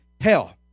hell